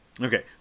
Okay